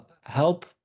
help